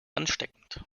ansteckend